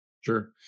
Sure